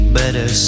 better